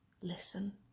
listen